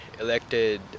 elected